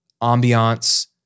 ambiance